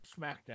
SmackDown